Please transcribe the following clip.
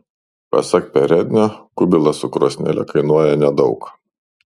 pasak perednio kubilas su krosnele kainuoja nedaug